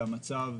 והמצב,